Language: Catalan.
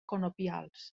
conopials